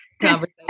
conversation